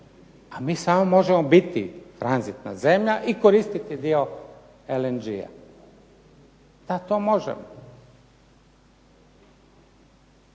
a mi samo možemo biti tranzitna zemlja i koristiti dio LNG-a. Da, to možemo.